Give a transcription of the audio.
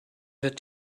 wird